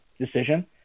decision